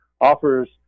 offers